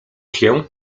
się